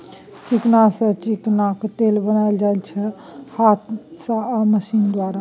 चिकना सँ चिकनाक तेल बनाएल जाइ छै हाथ सँ आ मशीन द्वारा